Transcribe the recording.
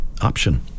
option